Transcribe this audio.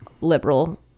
liberal